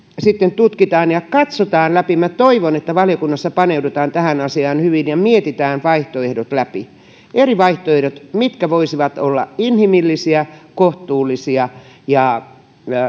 sitten tutkitaan ja katsotaan läpi minä toivon että valiokunnassa paneudutaan tähän asiaan hyvin ja mietitään vaihtoehdot läpi eri vaihtoehdot mitkä voisivat olla inhimillisiä kohtuullisia ja